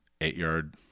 eight-yard